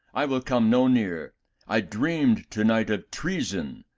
i will come no near i dreamed to night of treason,